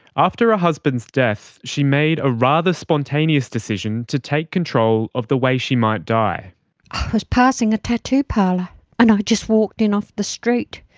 after her ah husband's death she made a rather spontaneous decision to take control of the way she might die. i was passing a tattoo parlour and just walked in off the street.